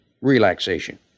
relaxation